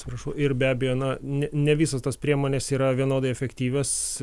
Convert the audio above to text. atsiprašau ir be abejo na ne ne visos tos priemonės yra vienodai efektyvios